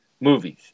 movies